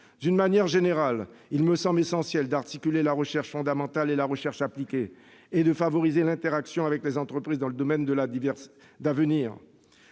De manière générale, il me semble essentiel d'articuler la recherche fondamentale et la recherche appliquée, et de favoriser l'interaction avec les entreprises dans les domaines d'avenir.